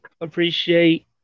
appreciate